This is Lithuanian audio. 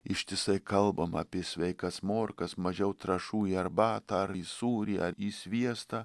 ištisai kalbam apie sveikas morkas mažiau trąšų į arbatą ar į sūrį ar į sviestą